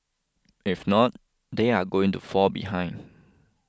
if not they are going to fall behind